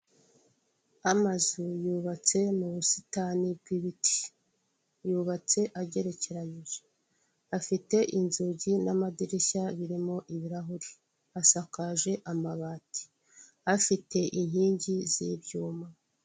Amazu yubatse m'ubusitani bw'ibiti yubatse agerekeje, afite inzugi n'amadirishya birimo ibirahuri asakaje amabati, afite inkingi z'ibyuma.